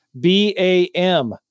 b-a-m